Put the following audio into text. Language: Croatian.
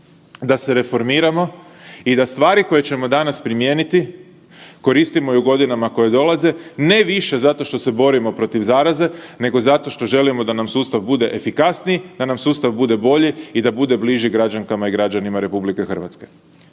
da se reformiramo i da stvari koje ćemo danas primijeniti koristimo i u godinama koje dolaze, ne više zato što se borimo protiv zaraze nego zato što želimo da nam sustav bude efikasniji, da nam sustav bude bolji i da bude bliži građanka i građanima RH.